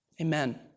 Amen